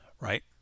Right